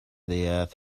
earth